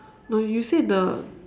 no you say the